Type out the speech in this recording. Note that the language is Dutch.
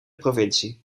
provincie